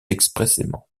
expressément